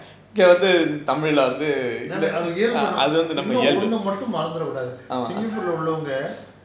அது இயல்பு:athu iyalbu know இன்னு ஒன்னு மட்டும் மறந்திற கூடாது:innu onnu mattum maranthira koodathu singapore ல உள்ளவங்க:la ullavanga